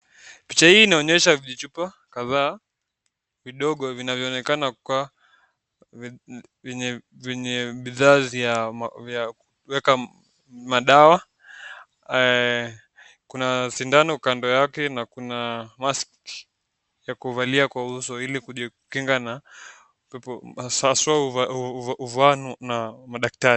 Picha hii inaonyesha vichupa kadhaa vidogo vinavyoonekana kuwa vyenye bidhaa vya kuweka madawa. Kuna sindano kando yake na kuna mask ya kuvalia kwa uso ili kujikinga na upepo, haswa huvawa na madaktari.